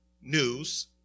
news